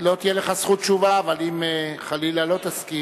לא תהיה לך זכות תשובה, אבל אם חלילה לא תסכים,